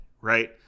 right